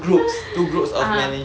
(uh huh)